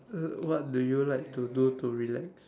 uh what do you like to do to relax